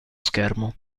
schermo